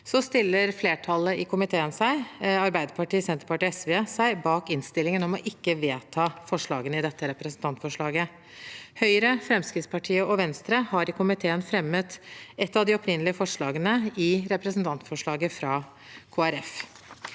stiller flertallet i komiteen, Arbeiderpartiet, Senterpartiet og SV, seg bak innstillingen om ikke å vedta forslagene i dette representantforslaget. Høyre, Fremskrittspartiet og Venstre har i komiteen fremmet et av de opprinnelige forslagene i representantforslaget fra